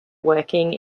working